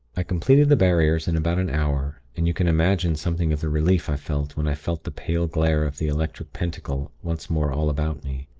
i completed the barriers in about an hour, and you can imagine something of the relief i felt when i felt the pale glare of the electric pentacle once more all about me.